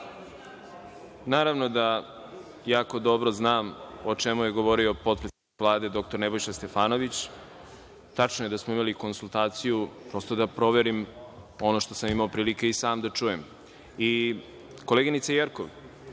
Naravno da jako dobro znam o čemu je govorio potpredsednik Vlade, dr Nebojša Stefanović. Tačno je da smo imali konsultaciju, prosto da proverim ono što sam imao prilike i sam da čujem. Koleginice Jerkov,